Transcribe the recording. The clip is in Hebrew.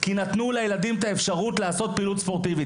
כי נתנו לילדים את האפשרות לעשות פעילות ספורטיבית.